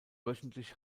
wöchentlich